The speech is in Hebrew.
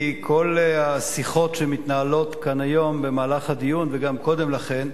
מכל השיחות שמתנהלות כאן היום במהלך הדיון וגם קודם לכן,